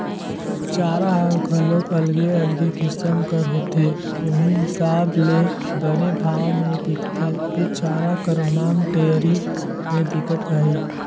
चारा हर घलोक अलगे अलगे किसम कर होथे उहीं हिसाब ले बने भाव में बिकथे, ए चारा कर मांग डेयरी में बिकट अहे